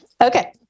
Okay